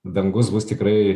dangus bus tikrai